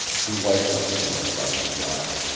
he wiped his hand across his eyes,